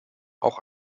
auch